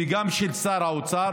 והיא גם של שר האוצר,